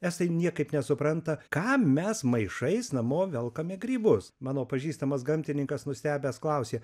estai niekaip nesupranta kam mes maišais namo velkame grybus mano pažįstamas gamtininkas nustebęs klausė